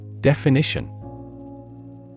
Definition